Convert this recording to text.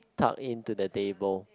tuck in to the table